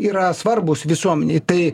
yra svarbūs visuomenei tai